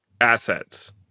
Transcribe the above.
assets